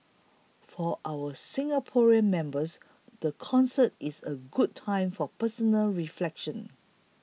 for our Singaporean members the concert is a good time for personal reflection